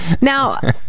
Now